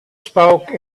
spoke